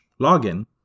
login